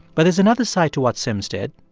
but there's another side to what sims did.